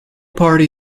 party